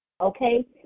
okay